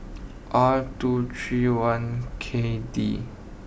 R two three one K D